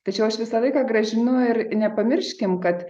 tačiau aš visą laiką grąžinu ir nepamirškim kad